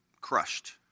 crushed